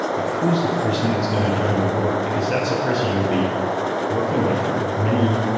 like who's the person that's going to join my board? because that's a person you'll be working with for many,